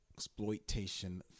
exploitation